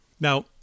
Now